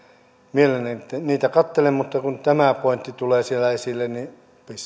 mielelläni niitä katselen mutta kun tämä pointti tulee siellä esille niin